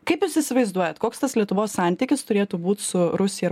kaip jūs įsivaizduojat koks tas lietuvos santykis turėtų būt su rusija ir